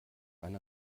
eine